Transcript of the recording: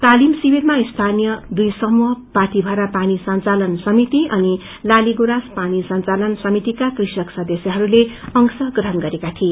तालिम शिविरमा स्यानीय दुई समूह पागीभरा पानी संचालन समिति अनि लाली गुँरास पानी संचालन समितिका कृषक सदस्यहरूले अंश्र ग्रहण गरेका थिए